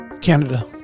Canada